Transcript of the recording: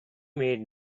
made